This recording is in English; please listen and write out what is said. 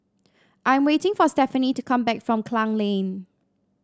I am waiting for Stephaine to come back from Klang Lane